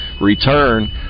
return